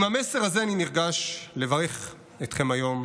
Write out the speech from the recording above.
עם המסר הזה אני נרגש לברך אתכם היום.